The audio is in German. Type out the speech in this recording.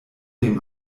dem